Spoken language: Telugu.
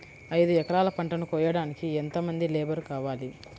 ఐదు ఎకరాల పంటను కోయడానికి యెంత మంది లేబరు కావాలి?